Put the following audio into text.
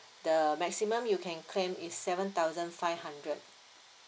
the maximum you can claim is seven thousand five hundred